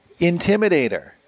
Intimidator